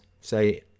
say